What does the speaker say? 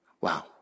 Wow